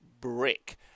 brick